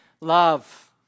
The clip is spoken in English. Love